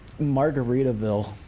Margaritaville